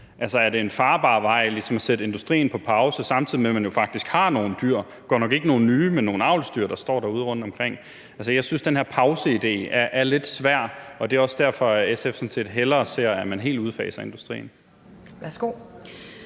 Er det en farbar vej ligesom at sætte industrien på pause, samtidig med at man jo faktisk har nogle dyr – godt nok ikke nogle nye dyr, men nogle avlsdyr – der står derude rundtomkring? Altså, jeg synes, at den her pauseidé er lidt svær, og det er også derfor, at SF sådan set hellere ser, at man helt udfaser industrien.